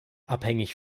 abhängig